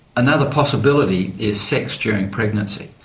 another possibility is sex during pregnancy.